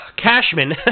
Cashman